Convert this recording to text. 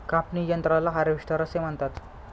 कापणी यंत्राला हार्वेस्टर असे म्हणतात